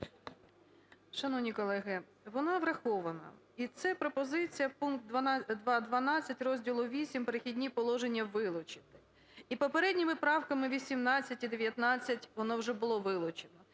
Шановні колеги, вона врахована. І це пропозиція – пункт 2.12 розділу VІІІ "Перехідні положення" вилучити. І попередніми правками 18 і 19 воно вже було вилучено.